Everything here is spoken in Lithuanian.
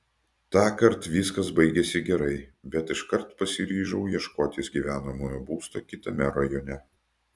tąkart viskas baigėsi gerai bet iškart pasiryžau ieškotis gyvenamojo būsto kitame rajone